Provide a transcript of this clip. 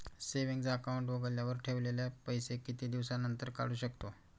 Saving account उघडल्यावर ठेवलेले पैसे किती दिवसानंतर काढू शकतो?